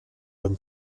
them